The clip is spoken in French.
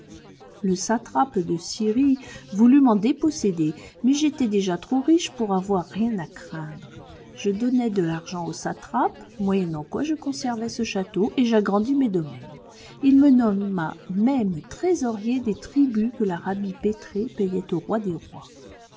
le satrape de syrie voulut m'en déposséder mais j'étais déjà trop riche pour avoir rien à craindre je donnai de l'argent au satrape moyennant quoi je conservai ce château et j'agrandis mes domaines il me nomma même trésorier des tributs que l'arabie pétrée payait au roi des rois